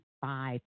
five